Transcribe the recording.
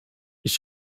ich